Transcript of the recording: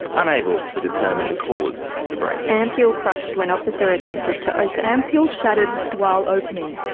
unable to determine the cause of the breakage. ampoule crushed when officer attempted to open. ampoule shattered while opening,